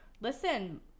Listen